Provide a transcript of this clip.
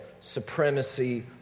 supremacy